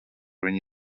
viņu